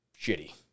shitty